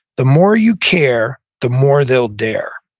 the more you care, the more they'll dare.